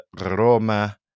Roma